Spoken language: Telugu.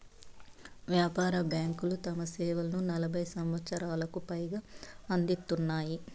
వ్యాపార బ్యాంకులు తమ సేవలను నలభై సంవచ్చరాలకు పైగా అందిత్తున్నాయి